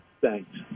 Thanks